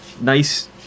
nice